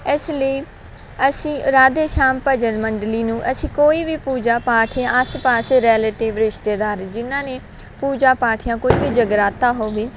ਇਸ ਲਈ ਅਸੀਂ ਰਾਧੇ ਸ਼ਾਮ ਭਜਨ ਮੰਡਲੀ ਨੂੰ ਅਸੀਂ ਕੋਈ ਵੀ ਪੂਜਾ ਪਾਠ ਜਾਂ ਆਸ ਪਾਸ ਰਿਲੇਟਿਵ ਰਿਸ਼ਤੇਦਾਰ ਜਿਨ੍ਹਾਂ ਨੇ ਪੂਜਾ ਪਾਠ ਜਾਂ ਕੋਈ ਵੀ ਜਗਰਾਤਾ ਹੋਵੇ